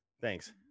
Thanks